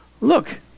look